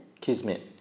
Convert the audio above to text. Kismet